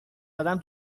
آدم